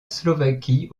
slovaquie